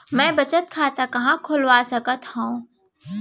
मै बचत खाता कहाँ खोलवा सकत हव?